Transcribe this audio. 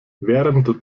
während